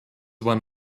one